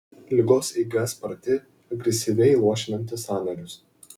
ligos eiga sparti agresyviai luošinanti sąnarius